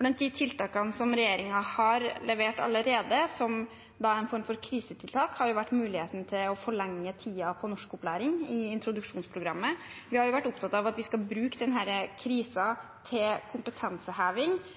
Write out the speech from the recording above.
Blant de tiltakene regjeringen har levert allerede, som da er en form for krisetiltak, er muligheten til å forlenge tiden på norskopplæring i introduksjonsprogrammet. Vi har vært opptatt av at vi skal bruke krisen til kompetanseheving, til